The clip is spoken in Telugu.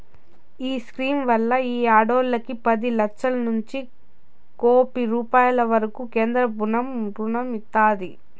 ఈ స్కీమ్ వల్ల ఈ ఆడోల్లకి పది లచ్చలనుంచి కోపి రూపాయిల వరకూ కేంద్రబుత్వం రుణం ఇస్తాది